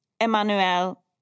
Emmanuel